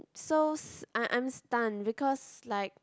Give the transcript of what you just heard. so s~ I'm I'm stunned because like